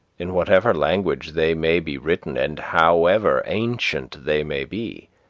in whatever language they may be written and however ancient they may be.